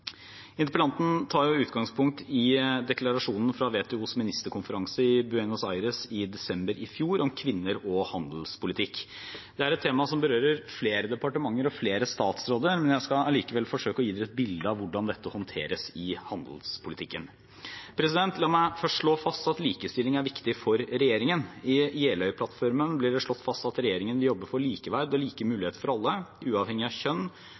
Interpellanten tar utgangspunkt i deklarasjonen fra WTOs ministerkonferanse i Buenos Aires i desember i fjor om kvinner og handelspolitikk. Det er et tema som berører flere departementer og flere statsråder. Jeg skal allikevel forsøke å gi et bilde av hvordan dette håndteres i handelspolitikken. La meg først slå fast at likestilling er viktig for regjeringen. I Jeløya-plattformen blir det slått fast at regjeringen vil jobbe for likeverd og like muligheter for alle, uavhengig av kjønn,